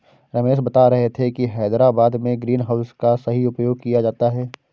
रमेश बता रहे थे कि हैदराबाद में ग्रीन हाउस का सही उपयोग किया जाता है